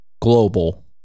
global